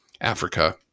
Africa